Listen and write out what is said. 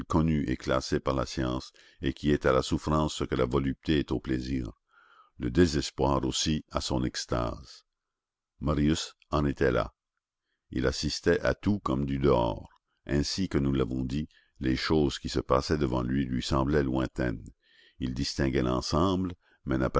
et classée par la science et qui est à la souffrance ce que la volupté est au plaisir le désespoir aussi a son extase marius en était là il assistait à tout comme du dehors ainsi que nous l'avons dit les choses qui se passaient devant lui lui semblaient lointaines il distinguait l'ensemble